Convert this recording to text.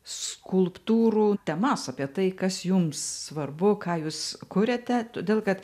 skulptūrų temas apie tai kas jums svarbu ką jūs kuriate todėl kad